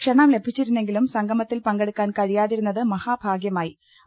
ക്ഷണം ലഭിച്ചിരുന്നെ ങ്കിലും സംഗമത്തിൽ പങ്കെടുക്കാൻ കഴിയാതിരുന്നത് മഹാഭാഗ്യ മായി